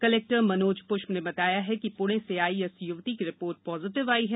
collector Manoj Pushp ने बताया है कि पूणे से आई इस युवती की रिपोर्ट पॉजीटिव आई है